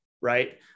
Right